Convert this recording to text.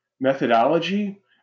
methodology